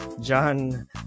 John